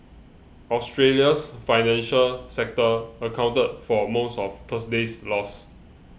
Australia's financial sector accounted for most of Thursday's loss